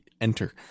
enter